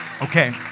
Okay